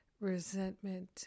resentment